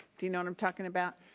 do you know what i'm talking about?